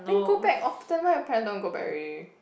then go back often why your parent don't want go back already